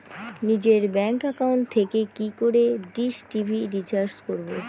নিজের bank account থেকে কি করে ডিশ টি.ভি রিচার্জ করবো?